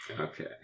Okay